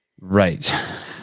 Right